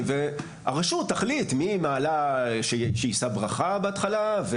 והרשות תחליט מי היא מעלה שיישא ברכה בהתחלה.